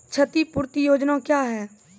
क्षतिपूरती योजना क्या हैं?